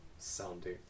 Sounding